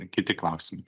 kiti klausimai